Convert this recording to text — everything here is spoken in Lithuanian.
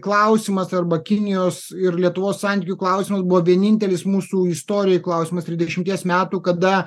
klausimas arba kinijos ir lietuvos santykių klausimas buvo vienintelis mūsų istorijoj klausimas trisdešimties metų kada